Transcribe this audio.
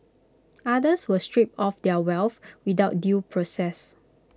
others were stripped of their wealth without due process